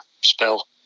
spell